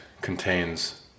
contains